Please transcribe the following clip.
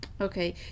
Okay